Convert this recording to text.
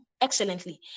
excellently